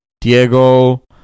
diego